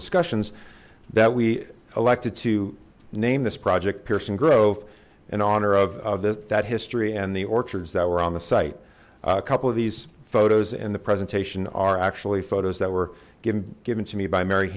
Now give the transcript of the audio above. discussions that we elected to name this project pearson growth and honor of this that history and the orchards that were on the site a couple of these photos in the presentation are actually photos that were given given to me by mar